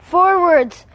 Forwards